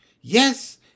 Yes